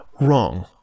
Wrong